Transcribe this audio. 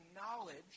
knowledge